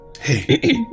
Hey